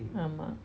mmhmm